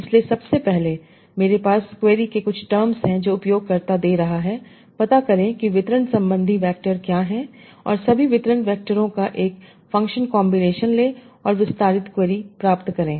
इसलिए सबसे पहले मेरे पास क्वेरी के कुछ टर्म्स हैं जो उपयोगकर्ता दे रहा है पता करें कि वितरण संबंधी वैक्टर क्या हैं और सभी वितरण वैक्टरों का एक फ़ंक्शन कॉन्बिनेशन लें और विस्तारित क्वेरी प्राप्त करें